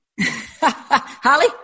Holly